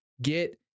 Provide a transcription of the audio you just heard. Get